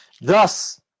Thus